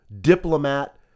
diplomat